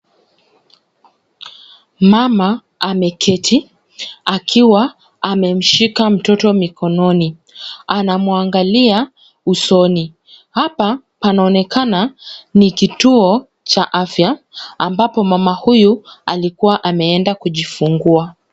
Mama ameketi akiwa amemshika mtoto mikononi. Anamwangalia usoni hapa panaonekana ni kituo cha afya ambapo mama huyu, alikuwa ameenda kujifungua.